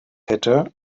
hätte